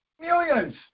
Millions